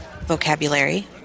vocabulary